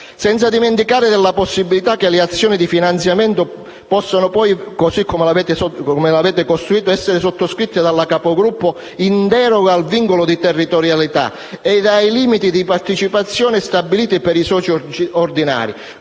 Non dimentichiamo poi la possibilità che le azioni di finanziamento possono - così come le avete costruite - essere sottoscritte dalla capogruppo in deroga al vincolo di territorialità e ai limiti di partecipazione stabiliti per i soci ordinari,